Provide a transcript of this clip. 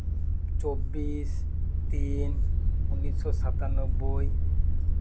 ᱪᱳᱵᱵᱤᱥ ᱛᱤᱱ ᱩᱱᱤᱥᱥᱚ ᱥᱟᱛᱟᱱᱱᱚᱵᱳᱭ